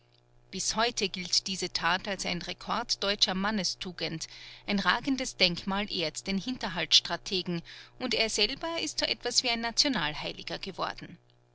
bis heute gilt diese tat als ein rekord deutscher mannestugend ein ragendes denkmal ehrt den hinterhaltstrategen und er selber ist so etwas wie ein nationalheiliger geworden